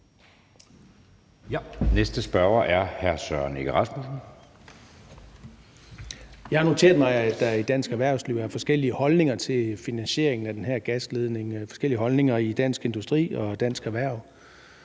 Rasmussen. Kl. 20:07 Søren Egge Rasmussen (EL): Jeg har noteret mig, at der i dansk erhvervsliv er forskellige holdninger til finansieringen af den her gasledning, forskellige holdninger i Dansk Industri og Dansk Erhverv.